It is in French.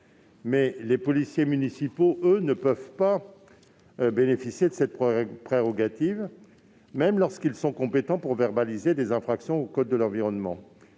les policiers municipaux, eux, ne peuvent pas bénéficier d'une telle prérogative, même lorsqu'ils sont compétents pour verbaliser des infractions au code de l'environnement.